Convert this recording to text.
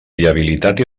viabilitat